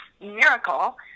miracle